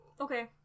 okay